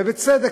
ובצדק,